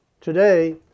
Today